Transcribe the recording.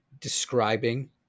describing